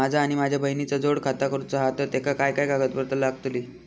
माझा आणि माझ्या बहिणीचा जोड खाता करूचा हा तर तेका काय काय कागदपत्र लागतली?